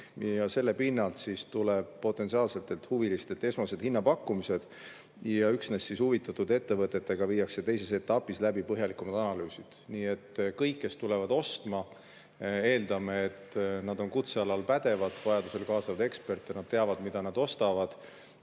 selle pinnalt tulevad potentsiaalsetelt huvilistelt esmased hinnapakkumised. Üksnes huvitatud ettevõtetega viiakse teises etapis läbi põhjalikumad analüüsid. Nii et kõigi puhul, kes tulevad ostma – me eeldame, et nad on kutsealal pädevad, vajadusel kaasavad eksperte ja nad teavad, mida nad ostavad.